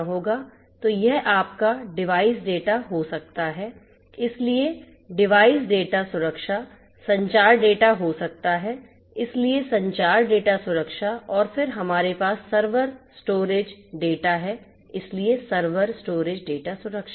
तो यह आपका डिवाइस डेटा हो सकता है इसलिए डिवाइस डेटा सुरक्षा संचार डेटा हो सकता है इसलिए संचार डेटा सुरक्षा और फिर हमारे पास सर्वर स्टोरेज डेटा है इसलिए सर्वर स्टोरेज डेटा सुरक्षा